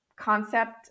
concept